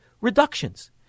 reductions